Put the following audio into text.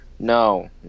No